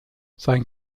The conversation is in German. sein